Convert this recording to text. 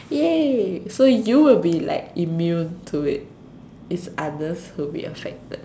!yay! so you will be like immune to it if others would be affected